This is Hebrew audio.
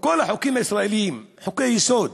בכל החוקים הישראליים, חוקי-יסוד,